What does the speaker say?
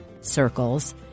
circles